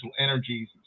energies